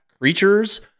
creatures